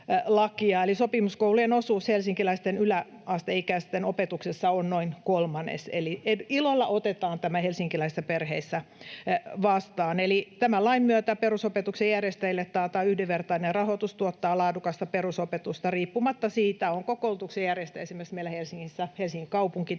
Sopimuskoulujen osuus helsinkiläisten yläasteikäisten opetuksessa on noin kolmannes, eli ilolla otetaan tämä helsinkiläisissä perheissä vastaan. Eli tämän lain myötä perusopetuksen järjestäjille taataan yhdenvertainen rahoitus tuottaa laadukasta perusopetusta riippumatta siitä, onko koulutuksen järjestäjä esimerkiksi meillä Helsingissä Helsingin kaupunki